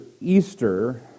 Easter